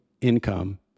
income